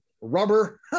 rubber